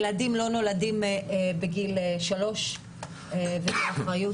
ילדים לא נולדים בגיל שלוש וזאת אחריות